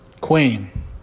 Queen